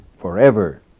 forever